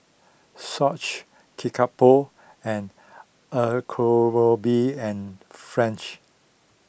Swatch Kickapoo and and French